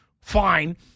Fine